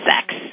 sex